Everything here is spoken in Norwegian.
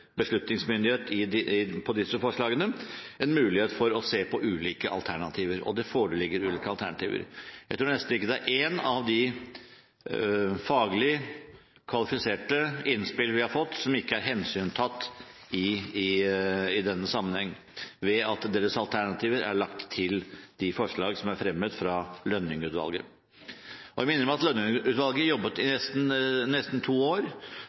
beslutningsmyndighet når det gjelder disse forslagene, en mulighet for å se på ulike alternativer – og det foreligger ulike alternativer. Jeg tror nesten ikke det er ett av de faglig kvalifiserte innspill vi har fått, som ikke er hensyntatt i denne sammenheng ved at deres alternativer er lagt til de forslag som er fremmet fra Lønning-utvalget. Jeg minner om at Lønning-utvalget jobbet i nesten to år